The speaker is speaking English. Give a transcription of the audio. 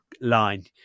line